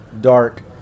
dark